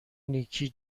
نیکی